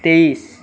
তেইছ